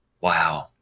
Wow